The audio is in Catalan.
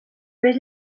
més